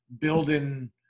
building